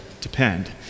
depend